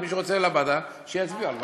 מי שרוצה לוועדה, שיצביע על ועדה.